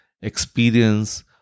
experience